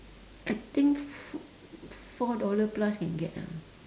I think four four dollar plus can get ah